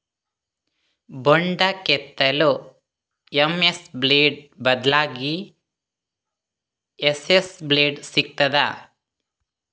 ಬೊಂಡ ಕೆತ್ತಲು MS blade ಬದ್ಲಾಗಿ ಎಸ್.ಎಸ್ ಬ್ಲೇಡ್ ಸಿಕ್ತಾದ?